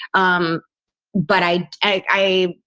um but i, i,